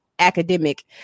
academic